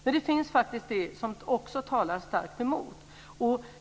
Men det finns faktiskt också det som talar starkt emot.